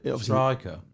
striker